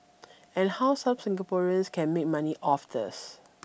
and how some Singaporeans can make money off this